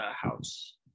house